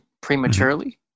prematurely